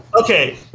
Okay